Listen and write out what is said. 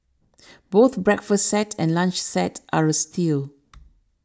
both breakfast set and lunch set are a steal